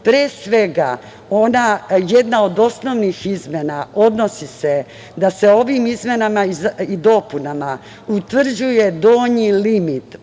svega, jedna od osnovnih izmena odnosi se da se ovim izmenama i dopunama utvrđuje donji limit